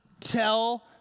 tell